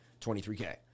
23K